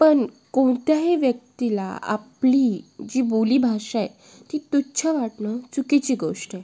पण कोणत्याही व्यक्तीला आपली जी बोलीभाषा आहे ती तुच्छ वाटणं चुकीची गोष्ट